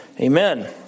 Amen